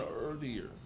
earlier